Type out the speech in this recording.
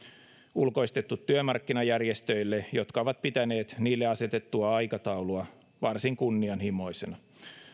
ulkoistettu työmarkkinajärjestöille jotka ovat pitäneet niille asetettua aikataulua varsin kunnianhimoisena